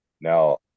now